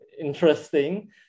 interesting